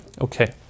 Okay